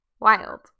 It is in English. wild